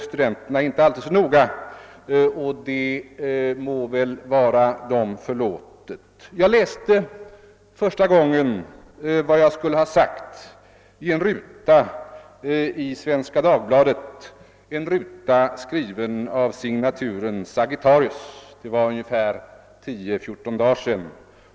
Studenterna är inte alltid så noga och det må väl vara dem förlåtet. Jag läste första gången vad jag skulle ha sagt i en ruta i Svenska Dagbladet — en ruta skriven av signaturen Sagittarius. Det var för 10—14 dagar sedan.